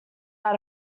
out